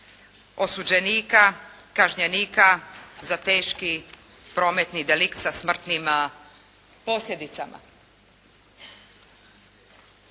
osuđenika, kažnjenika za teški prometni delikt sa smrtnim posljedicama.